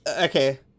okay